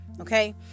Okay